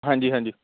ਹਾਂਜੀ ਹਾਂਜੀ